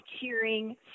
cheering